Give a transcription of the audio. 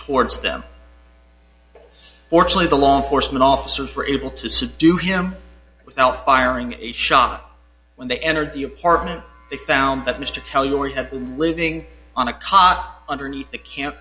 towards them fortunately the law enforcement officers were able to subdue him without firing a shot when they entered the apartment they found that mr tell you where he had been living on a cot underneath the camp